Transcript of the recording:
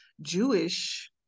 Jewish